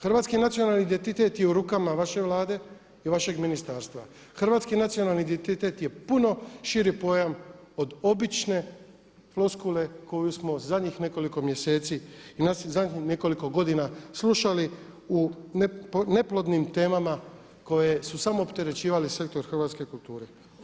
Hrvatski nacionalni identitet je u rukama vaše Vlade i vašeg ministarstva, hrvatski nacionalni identitet je puno širi pojam od obične floskule koju smo zadnjih nekoliko mjeseci i zadnjih nekoliko godina slušali u neplodnim temama koje su samo opterećivale sektor hrvatske kulture.